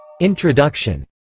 Introduction